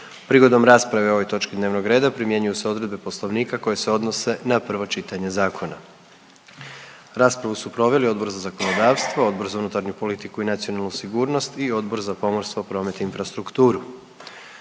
Prigodom rasprave o ovoj točki dnevnog reda primjenjuju se odredbe Poslovnika koje se odnose na prvo čitanje zakona. Raspravu su proveli Odbor za zakonodavstvo, Odbor za unutarnju politiku i nacionalnu sigurnost i Odbor za pomorstvo, promet i infrastrukturu.